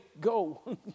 go